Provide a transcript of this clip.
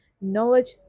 Knowledge